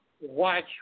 watch